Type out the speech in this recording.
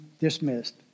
dismissed